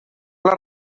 les